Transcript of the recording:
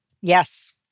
yes